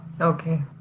Okay